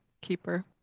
keeper